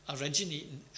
originating